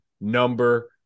number